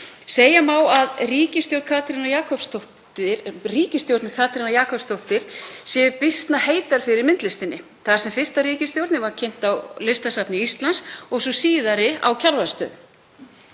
Segja má að ríkisstjórn Katrínar Jakobsdóttur sé býsna heit fyrir myndlistinni þar sem fyrsta ríkisstjórnin var kynnt á Listasafni Íslands og sú síðari á Kjarvalsstöðum.